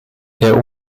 der